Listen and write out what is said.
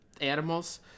animals